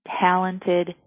talented